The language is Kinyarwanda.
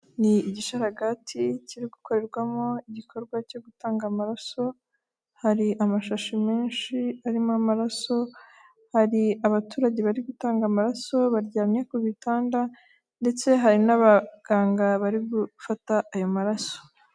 Ni igisharagati kiri gukorerwamo igikorwa cyo gutanga amaraso, hari amashashi menshi arimo amaraso, hari abaturage bari gutanga amaraso baryamye ku bitanda, ndetse hari n'abaganga bari gufata ayo maraso.